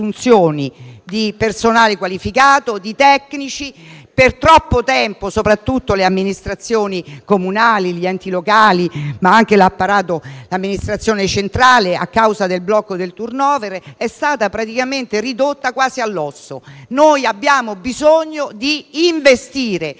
di personale qualificato e di tecnici. Per troppo tempo, soprattutto le amministrazioni comunali e gli enti locali, ma anche l'apparato dell'amministrazione centrale, a causa del blocco del *turnover*, sono stati ridotti praticamente all'osso. Noi abbiamo bisogno di investire nelle risorse umane,